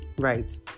right